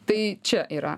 tai čia yra